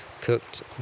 cooked